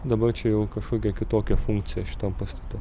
dabar čia jau kažkokia kitokia funkcija šitam pastate